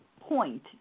point